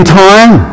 time